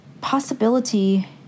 possibility